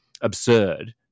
absurd